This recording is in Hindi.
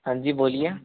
हाँ जी बोलिए